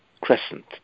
crescent